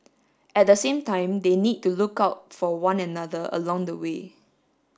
at the same time they need to look out for one another along the way